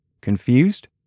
Confused